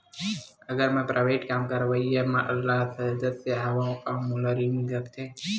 अगर मैं प्राइवेट काम करइया वाला सदस्य हावव का मोला ऋण मिल सकथे?